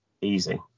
easy